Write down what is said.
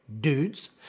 dudes